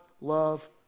love